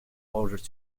ordered